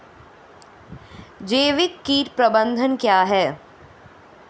जैविक कीट प्रबंधन क्या है?